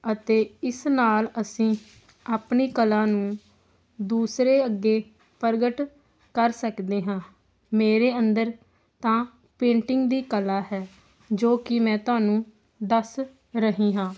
ਅਤੇ ਇਸ ਨਾਲ ਅਸੀਂ ਆਪਣੀ ਕਲਾ ਨੂੰ ਦੂਸਰੇ ਅੱਗੇ ਪ੍ਰਗਟ ਕਰ ਸਕਦੇ ਹਾਂ ਮੇਰੇ ਅੰਦਰ ਤਾਂ ਪੇਂਟਿੰਗ ਦੀ ਕਲਾ ਹੈ ਜੋ ਕਿ ਮੈਂ ਤੁਹਾਨੂੰ ਦੱਸ ਰਹੀ ਹਾਂ